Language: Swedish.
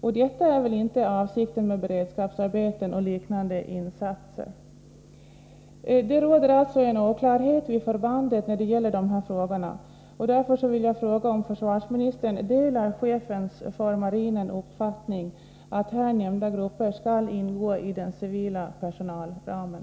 Och detta är ju inte avsikten med beredskapsarbeten och liknande insatser. Det råder alltså en oklarhet vid förbandet om dessa frågor, och därför vill jag fråga om försvarsministern delar chefens för marinen uppfattning att här nämnda grupper skall ingå i den civila personalramen.